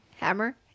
hammer